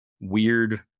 weird